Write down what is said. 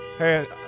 Hey